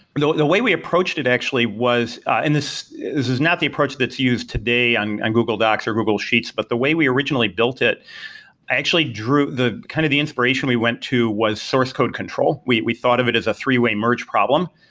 the the way we approached it actually was and this is is not the approach that's used today on google docs or google sheets, but the way we originally built it, i actually drew kind of the inspiration we went to was source code control. we we thought of it as a three-way merge problem.